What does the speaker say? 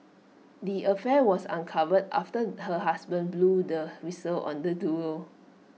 the affair was uncovered after her husband blew the whistle on the duo